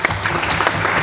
Hvala